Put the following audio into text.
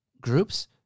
groups